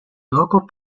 local